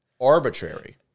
arbitrary